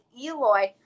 Eloy